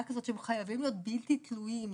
כזאת שהם חייבים להיות בלתי תלויים.